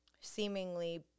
seemingly